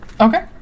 Okay